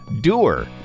Doer